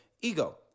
ego